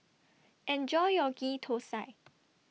Enjoy your Ghee Thosai